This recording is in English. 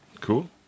Cool